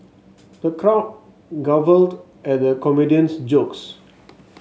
the crowd guffawed at the comedian's jokes